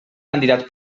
candidat